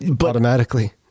Automatically